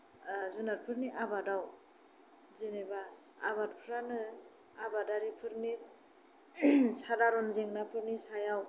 जुनारफोरनि आबादाव जेनेबा आबादफ्रानो आबादारिफोरनि सादारन जेंनाफोरनि सायाव